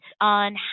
on